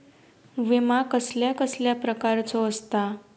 विमा कसल्या कसल्या प्रकारचो असता?